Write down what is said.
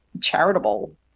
charitable